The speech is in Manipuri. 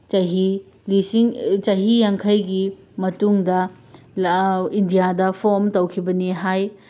ꯆꯍꯤ ꯂꯤꯁꯤꯡ ꯆꯍꯤ ꯌꯥꯡꯈꯩꯒꯤ ꯃꯇꯨꯡꯗ ꯏꯟꯗꯤꯌꯥꯗ ꯐꯣꯔꯝ ꯇꯧꯈꯤꯕꯅꯤ ꯍꯥꯏ